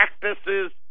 practices